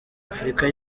afurika